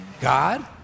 God